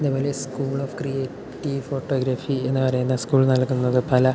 അതേപോലെ school of creative photography എന്ന് പറയുന്ന സ്കൂൾ നൽകുന്നത് പല